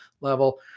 level